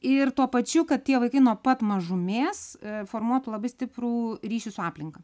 ir tuo pačiu kad tie vaikai nuo pat mažumės formuotų labai stiprų ryšį su aplinka